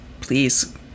please